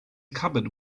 cupboard